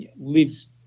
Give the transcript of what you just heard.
lives